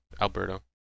Alberto